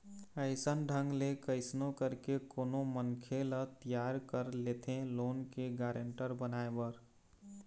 अइसन ढंग ले कइसनो करके कोनो मनखे ल तियार कर लेथे लोन के गारेंटर बनाए बर